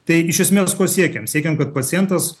tai iš esmės ko siekiam siekiam kad pacientas